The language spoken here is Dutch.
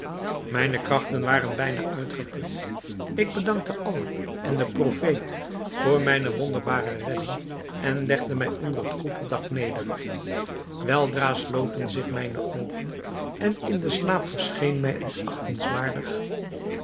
mijne krachten waren bijna uitgeput ik bedankte allah en den profeet voor mijne wonderbare redding en legde mij onder het koepeldak neder weldra sloten zich mijne oogen en in den slaap verscheen mij een